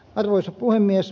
arvoisa puhemies